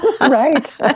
Right